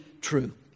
true